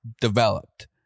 developed